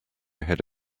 ahead